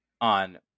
on –